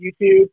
youtube